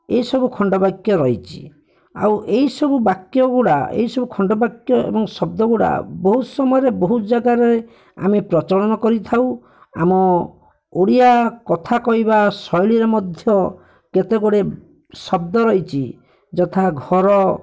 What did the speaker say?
ଏସବୁ ଖଣ୍ଡ ବାକ୍ୟ ରହିଛି ଆଉ ଏହି ସବୁ ବାକ୍ୟଗୁଡ଼ା ଏହି ସବୁ ଖଣ୍ଡ ବାକ୍ୟ ଏବଂ ଶବ୍ଦଗୁଡ଼ା ବହୁତ ସମୟରେ ବହୁତ ଜାଗାରେ ଆମେ ପ୍ରଚଳନ କରିଥାଉ ଆମ ଓଡ଼ିଆ କଥା କହିବା ଶୈଳୀରେ ମଧ୍ୟ କେତେଗୁଡ଼ିଏ ଶବ୍ଦ ରହିଛି ଯଥା ଘର